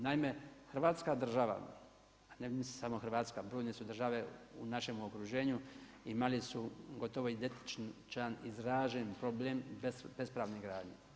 Naime, hrvatska država, ne mislim samo hrvatska, brojne su države u našem okruženju, imali su gotovo identičan izražen problem bespravne gradnje.